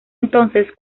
entonces